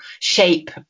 shape